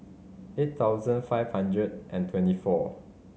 eight thousand five hundred and twenty four